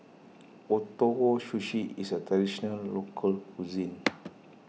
Ootoro Sushi is a Traditional Local Cuisine